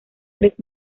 tres